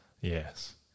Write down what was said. Yes